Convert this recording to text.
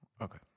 Okay